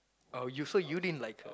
oh you so you didn't like her